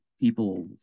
people